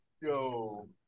Yo